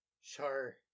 Sure